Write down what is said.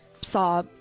saw